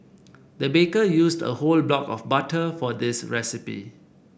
the baker used a whole block of butter for this recipe